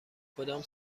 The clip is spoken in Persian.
کدام